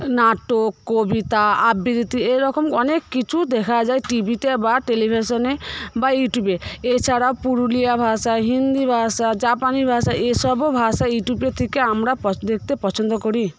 নাটক কবিতা আবৃত্তি এরকম অনেক কিছু দেখা যায় টিভিতে বা টেলিভেশনে বা ইউটিবে এছাড়াও পুরুলিয়া ভাষা হিন্দি ভাষা জাপানি ভাষা এসবও ভাষা ইউটিউবে থেকে আমরা দেখতে পছন্দ করি